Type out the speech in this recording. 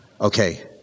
Okay